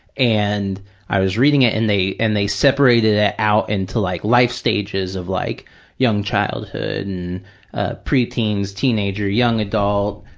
and i was reading it and they and they separated it out into like life stages of like young childhood and ah pre-teens, teenager, young adult,